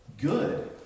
good